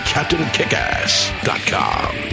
CaptainKickass.com